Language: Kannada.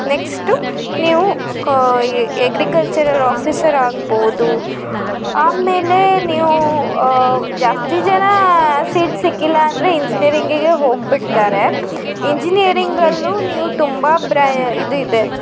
ನೆಕ್ಸ್ಟು ನೀವು ಎಗ್ರಿಕಲ್ಚರಲ್ ಆಫೀಸರ್ ಆಗ್ಬೋದು ಆಮೇಲೆ ನೀವು ಜಾಸ್ತಿ ಜನ ಸೀಟ್ ಸಿಕ್ಕಿಲ್ಲಾಂದರೆ ಇಂಜಿನಿಯರಿಂಗಿಗೆ ಹೋಗಿಬಿಡ್ತಾರೆ ಇಂಜಿನಿಯರಿಂಗಲ್ಲೂ ನೀವು ತುಂಬಾ ಬ್ರಾಯ ಇದು ಇದೆ